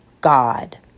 God